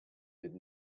did